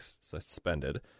suspended